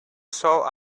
saw